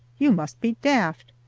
you must be daft.